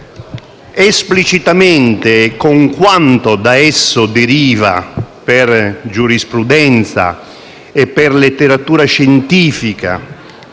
esplicitamente con quanto da esso deriva per giurisprudenza e per letteratura scientifica,